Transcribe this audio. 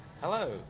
Hello